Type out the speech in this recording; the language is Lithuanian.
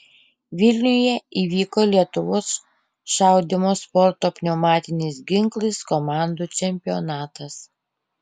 vilniuje įvyko lietuvos šaudymo sporto pneumatiniais ginklais komandų čempionatas